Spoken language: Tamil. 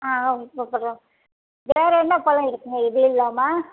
ஆ ஆ கூப்பிட்றோம் வேறு என்ன பழம் இருக்குதுங்க இது இல்லாமல்